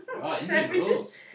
sandwiches